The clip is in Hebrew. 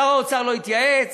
שר האוצר לא התייעץ,